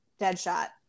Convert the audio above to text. Deadshot